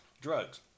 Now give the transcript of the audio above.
Drugs